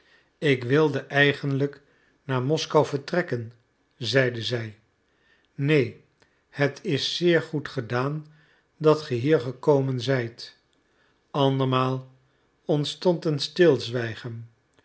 ik wilde eigenlijk naar moskou vertrekken zeide zij neen het is zeer goed gedaan dat ge hier gekomen zijt andermaal ontstond een stilzwijgen